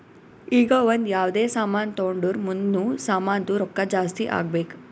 ಈಗ ಒಂದ್ ಯಾವ್ದೇ ಸಾಮಾನ್ ತೊಂಡುರ್ ಮುಂದ್ನು ಸಾಮಾನ್ದು ರೊಕ್ಕಾ ಜಾಸ್ತಿ ಆಗ್ಬೇಕ್